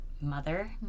mother